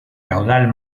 caudal